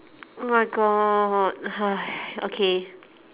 oh my god !haiya! okay